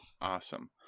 Awesome